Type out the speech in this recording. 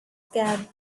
scared